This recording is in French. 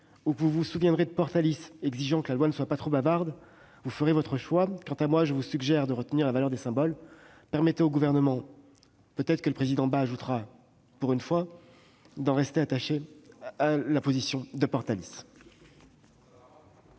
ou que vous vous souviendrez de Portalis exigeant que la loi ne soit pas trop bavarde, vous ferez votre choix. Quant à moi, je vous suggère de retenir la valeur des symboles. » Permettez au Gouvernement- peut-être le président Bas ajoutera-t-il :« pour une fois » -de rester attaché à la position de Portalis.